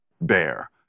bear